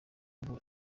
ngo